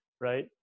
right